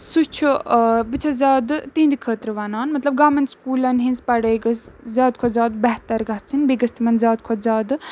سُہ چھُ بہٕ چھَس زیادٕ تِہِنٛدِ خٲطرٕ وَنان مطلب گارمٮ۪نٛٹ سکوٗلَن ہِنٛز پَڑٲے گٔژھ زیادٕ کھۄتہٕ زیادٕ بہتر گژھٕنۍ بیٚیہِ گٔژھ تِمَن زیادٕ کھۄتہٕ زیادٕ